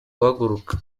guhaguruka